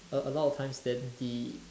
a a lot of times there's the